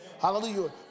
Hallelujah